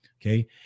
Okay